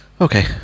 Okay